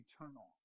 eternal